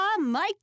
Mike